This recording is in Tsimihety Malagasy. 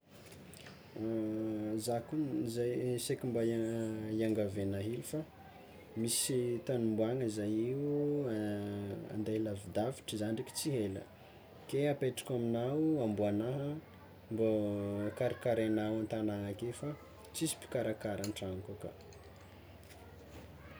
Zah kony saika mba hiangavy anah hely fa misy tany homboagna zah io, ande lavidavitry zah ndraiky tsy hela, ke apetrako amùinao amboànah mbô karikarainao an-tagnana aketo fa tsisy mpikarakara an-tragnoko ao ka.